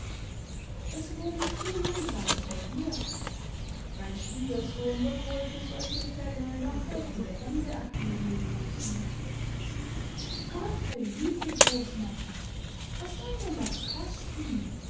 es wurde zu langsam serviert mein schwiegersohn wird wohl für solche fälle noch helfende hände acquirieren müssen gott behüte großmama was soll denn das kosten